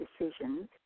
decisions